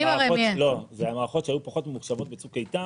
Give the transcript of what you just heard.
אלה מערכות שהיו ממוחשבות בצוק איתן,